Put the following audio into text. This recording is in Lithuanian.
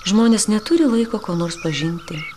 žmonės neturi laiko ko nors pažinti